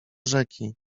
rzeki